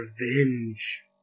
revenge